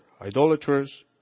Idolaters